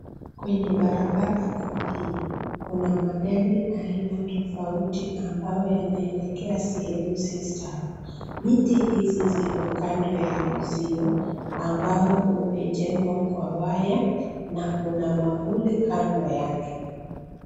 Kwenye barabara kuu hii, kuna magari aina tofauti ambayo yanaelekea sehemu si sawa. Miti hizi ziko kando ya uzio ambao umejengwa kwa waya na kuna mwavuli kando yake.